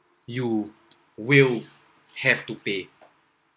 you will have to pay